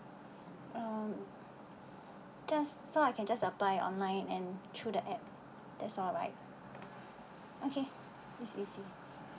um just so I can just apply online and through the app that's all right okay it's easy